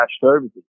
services